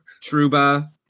Truba